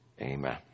amen